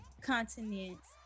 continents